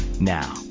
Now